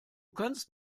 kannst